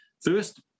First